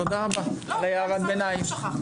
תודה רבה על הערת הביניים.